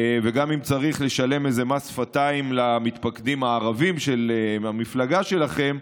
וגם אם צריך לשלם איזה מס שפתיים למתפקדים הערבים מהמפלגה שלכם,